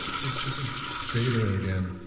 this this is data again.